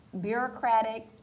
bureaucratic